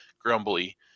grumbly